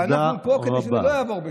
אבל אנחנו פה כדי שלא יעבור בשקט.